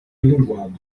linguado